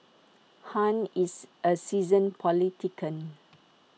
han is A seasoned politician